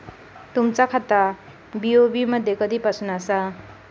तुमचा खाता बी.ओ.बी मध्ये कधीपासून आसा?